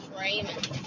Raymond